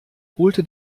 holte